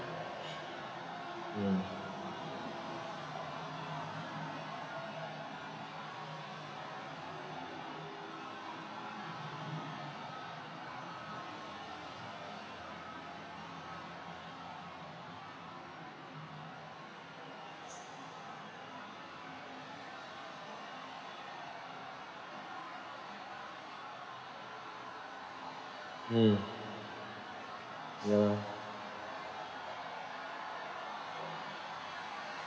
mm mm ya lah